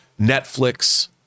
Netflix